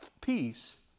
peace